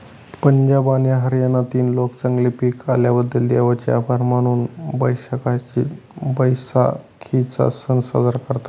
पंजाब आणि हरियाणातील लोक चांगले पीक आल्याबद्दल देवाचे आभार मानून बैसाखीचा सण साजरा करतात